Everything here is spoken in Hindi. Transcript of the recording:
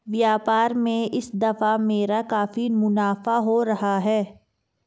व्यापार में इस दफा मेरा काफी मुनाफा हो रहा है